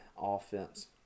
offense